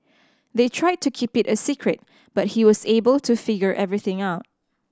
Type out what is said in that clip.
they tried to keep it a secret but he was able to figure everything out